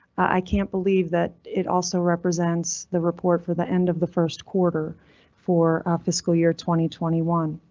i can't believe that it also represents the report for the end of the first quarter for fiscal year twenty twenty one.